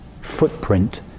footprint